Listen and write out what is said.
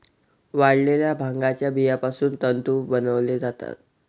वाळलेल्या भांगाच्या बियापासून तंतू बनवले जातात